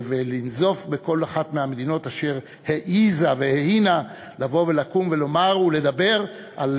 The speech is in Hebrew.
ולנזוף בכל אחת מהמדינות אשר העזה וההינה לבוא ולקום ולומר ולדבר על